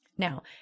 Now